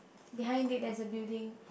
behind it there's a building